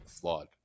flawed